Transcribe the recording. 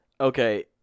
Okay